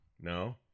No